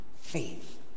faith